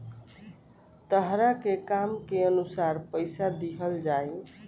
तहरा के काम के अनुसार पइसा दिहल जाइ